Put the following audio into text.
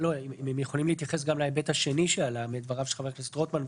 יכולים להתייחס גם להיבט השני שעלה מדבריו של חבר הכנסת רוטמן,